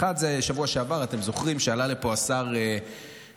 האחד, בשבוע שעבר, אתם זוכרים שעלה לפה השר פרוש,